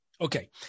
Okay